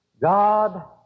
God